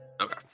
Okay